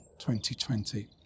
2020